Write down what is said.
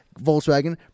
Volkswagen